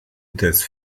des